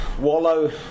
wallow